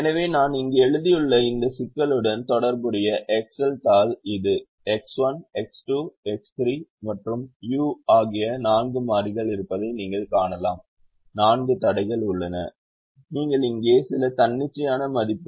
எனவே நான் இங்கு எழுதியுள்ள இந்த சிக்கலுடன் தொடர்புடைய எக்செல் தாள் இது x 1 x 2 x 3 மற்றும் u ஆகிய நான்கு மாறிகள் இருப்பதை நீங்கள் காணலாம் நான்கு தடைகள் உள்ளன நீங்கள் இங்கே சில தன்னிச்சையான மதிப்புகளைக் கொடுக்கலாம்